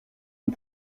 ont